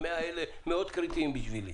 ה-100 מיליון הם מאוד קריטיים בשבילי.